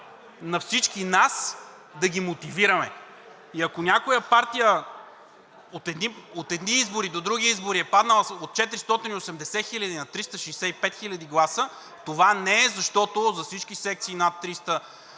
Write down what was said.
на всички нас да ги мотивираме! Ако някоя партия от едни избори до други е паднала от 480 хиляди на 365 хиляди гласа, това не е защото за всички секции над 300